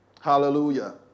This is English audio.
Hallelujah